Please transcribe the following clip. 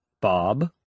Bob